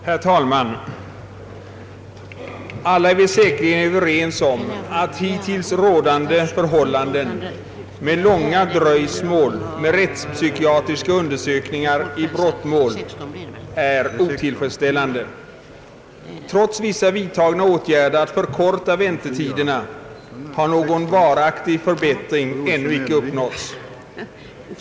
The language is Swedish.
Herr talman! Alla är vi säkerligen överens om att hittills rådande förhållanden med långa dröjsmål för rättspsykiatriska undersökningar i brottmål är otillfredsställande. Trots vissa vidtagna åtgärder för att förkorta vänte tiderna har någon varaktig förbättring ännu inte uppnåtts.